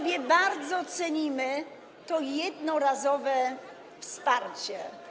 Bardzo cenimy sobie to jednorazowe wsparcie.